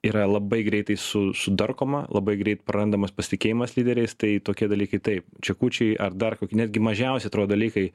yra labai greitai su sudarkoma labai greit prarandamas pasitikėjimas lyderiais tai tokie dalykai taip čekučiai ar dar kokį netgi mažiausi dalykai